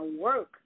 work